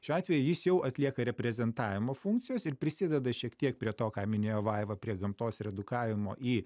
šiuo atveju jis jau atlieka reprezentavimo funkcijas ir prisideda šiek tiek prie to ką minėjo vaiva prie gamtos redukavimo į